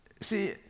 See